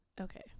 Okay